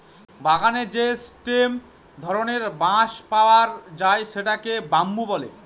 বাগানে যে স্টেম ধরনের বাঁশ পাওয়া যায় সেটাকে বাম্বু বলে